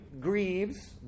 grieves